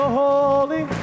holy